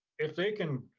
if they can,